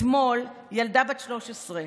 אתמול ילדה בת 13,